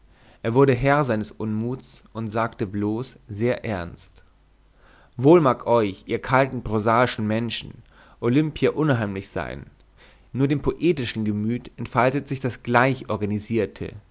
er wurde herr seines unmuts und sagte bloß sehr ernst wohl mag euch ihr kalten prosaischen menschen olimpia unheimlich sein nur dem poetischen gemüt entfaltet sich das gleich organisierte